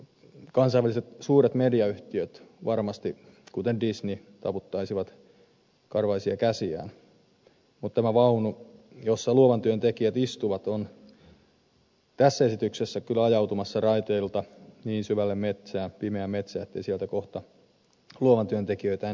kansainväliset suuret mediayhtiöt varmasti kuten disney taputtaisivat karvaisia käsiään mutta tämä vaunu jossa luovan työn tekijät istuvat on tässä esityksessä kyllä ajautumassa raiteilta niin syvälle pimeään metsään ettei sieltä kohta luovan työn tekijöitä löydetä